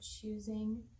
choosing